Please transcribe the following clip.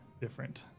different